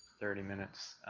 thirty minutes,